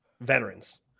veterans